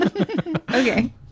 Okay